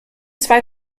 zwei